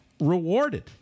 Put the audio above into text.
rewarded